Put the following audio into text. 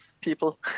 people